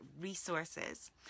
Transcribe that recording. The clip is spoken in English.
resources